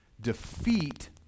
defeat